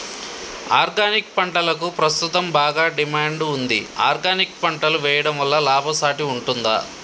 Organic పంటలకు ప్రస్తుతం బాగా డిమాండ్ ఉంది ఆర్గానిక్ పంటలు వేయడం వల్ల లాభసాటి ఉంటుందా?